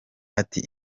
ati